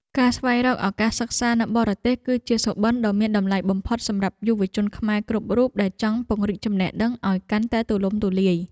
ការស្វែងរកឱកាសសិក្សានៅបរទេស គឺជាសុបិនដ៏មានតម្លៃបំផុតសម្រាប់យុវជនខ្មែរគ្រប់រូបដែលចង់ពង្រីកចំណេះដឹងឱ្យកាន់តែ ទូលំទូលាយ។